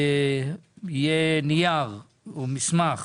יהיה נייר או מסמך